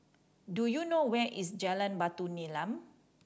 do you know where is Jalan Batu Nilam